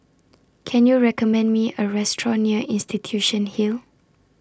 Can YOU recommend Me A Restaurant near Institution Hill